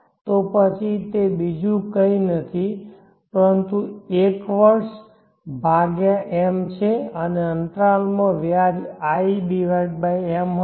તો પછી તે બીજું કંઇ નથી પરંતુ 1 વર્ષ ભાગ્યા m છે અને અંતરાલમાં વ્યાજ i m હશે